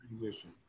transition